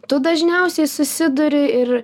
tu dažniausiai susiduri ir